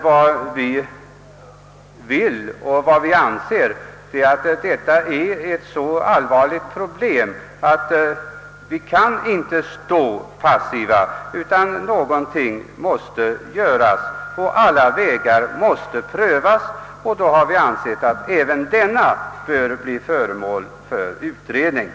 Men vi anser att den tilltagande ungdomsbrottsligheten är ett så allvarligt problem att vi inte kan stå passiva, utan någonting måste göras. Alla vägar måste prövas, och vi har ansett att även denna bör bli föremål för utredning.